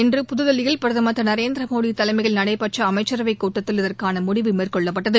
இன்று புதுதில்லியில் பிரதம் திருநரேந்திரமோடிதலைமையில் நடைபெற்றஅமைச்சரவைக் கூட்டத்தில் இதற்கானமுடிவு மேற்கொள்ளப்பட்டது